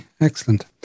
excellent